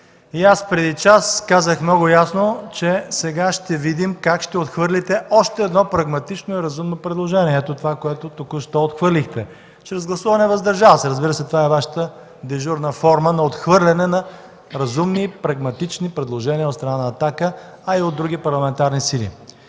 Преди час казах много ясно, че сега ще видим как ще отхвърлите още едно прагматично и разумно предложение – ето това, което току-що отхвърлихте, чрез гласуване „въздържал се”, разбира се. Това е Вашата дежурна форма на отхвърляне на разумни и прагматични предложения от страна на „Атака”, а и от други парламентарни сили.